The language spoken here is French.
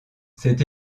c’est